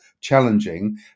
challenging